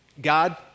God